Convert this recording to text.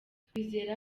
twizera